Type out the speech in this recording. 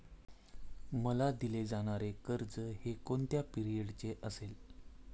मला दिले जाणारे कर्ज हे कोणत्या पिरियडचे असेल?